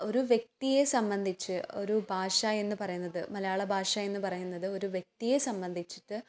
ഒരു വ്യക്തിയെ സംബന്ധിച്ച് ഒരു ഭാഷ എന്ന് പറയുന്നത് മലയാളഭാഷ എന്ന് പറയുന്നത് ഒരു വ്യക്തിയെ സംബന്ധിച്ചിട്ട്